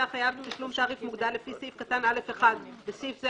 החייב בתשלום תעריף מוגדל לפי סעיף קטן (א)(1) (בסעיף זה,